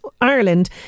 Ireland